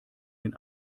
den